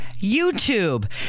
YouTube